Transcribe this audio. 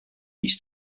each